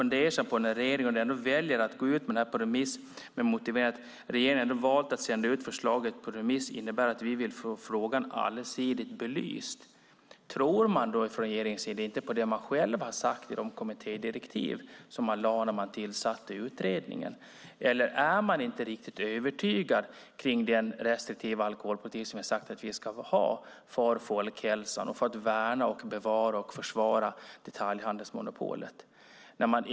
När regeringen ändå väljer att sända ut detta förslag på remiss med motiveringen att man vill få frågan allsidigt belyst undrar jag: Tror man från regeringens sida inte på det man själv har sagt i de kommittédirektiv som man lade fram när man tillsatte utredningen, eller är man inte riktigt övertygad om den restriktiva alkoholpolitik som vi har sagt att vi ska ha för folkhälsan och för att värna, bevara och försvara detaljhandelsmonopolet?